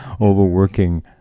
overworking